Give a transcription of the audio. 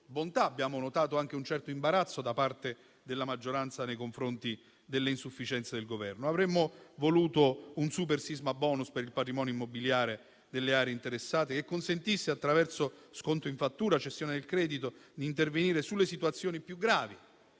abbiamo notato un certo imbarazzo da parte della maggioranza nei confronti delle insufficienze del Governo. Avremmo voluto un super sisma *bonus* per il patrimonio immobiliare delle aree interessate che consentisse, attraverso sconto in fattura e cessione del credito, di intervenire sulle situazioni più gravi.